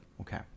Okay